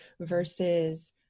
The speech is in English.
versus